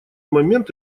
момент